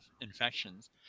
infections